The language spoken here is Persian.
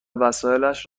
وسایلش